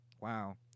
Wow